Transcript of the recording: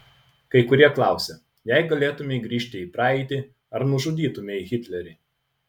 kai kurie klausia jei galėtumei grįžti į praeitį ar nužudytumei hitlerį